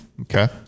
Okay